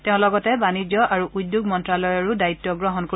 তেওঁ লগতে বাণিজ্য আৰু উদ্যোগ মন্ত্ৰালয়ৰো দায়িত্ গ্ৰহণ কৰিব